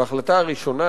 בהחלטה הראשונה,